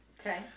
Okay